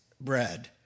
bread